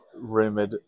rumored